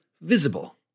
visible